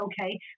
okay